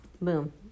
Boom